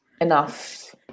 enough